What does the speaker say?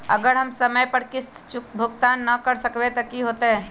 अगर हम समय पर किस्त भुकतान न कर सकवै त की होतै?